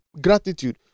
gratitude